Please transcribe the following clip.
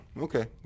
okay